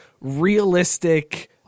realistic